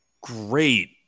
great